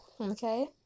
Okay